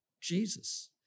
Jesus